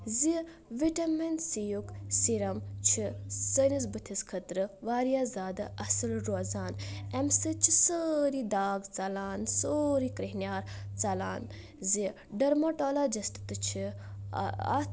زِ vitamin C یُک serum چھُ سأنِس بُتھِس خأطرٕ واریاہ زیٛادٕ اَصل روزان أمہِ سۭتۍ چھ سأری داغ ژلان سورُے کریہۍنیار ژَلان زِ ڈٔرموٹالاجِسٹ تہِ چھ اَتھ